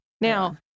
Now